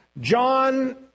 John